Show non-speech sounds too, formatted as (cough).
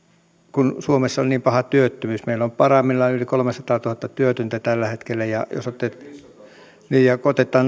kun suomessa on niin paha työttömyys meillä on parhaillaan yli kolmesataatuhatta työtöntä tällä hetkellä ja kun otetaan (unintelligible)